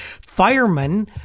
Firemen